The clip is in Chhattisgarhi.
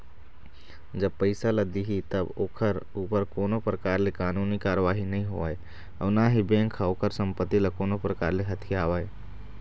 जब पइसा ल दिही तब ओखर ऊपर कोनो परकार ले कानूनी कारवाही नई होवय अउ ना ही बेंक ह ओखर संपत्ति ल कोनो परकार ले हथियावय